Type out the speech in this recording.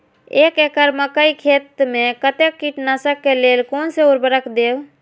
एक एकड़ मकई खेत में कते कीटनाशक के लेल कोन से उर्वरक देव?